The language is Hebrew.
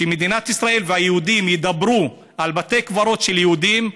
כשמדינת ישראל והיהודים ידברו על בתי קברות של היהודים,